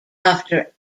after